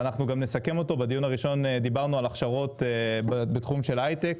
בדיון הראשון דיברנו על הכשרות בתחום של ההיי-טק.